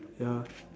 ya